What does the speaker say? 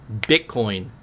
Bitcoin